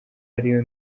ariyo